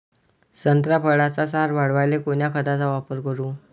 संत्रा फळाचा सार वाढवायले कोन्या खताचा वापर करू?